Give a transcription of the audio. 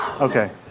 Okay